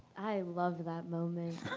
i love that moment.